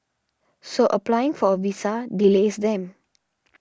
so applying for a visa delays them